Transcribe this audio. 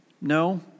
No